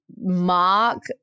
Mark